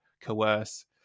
coerce